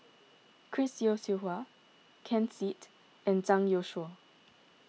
Chris Yeo Siew Hua Ken Seet and Zhang Youshuo